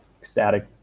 ecstatic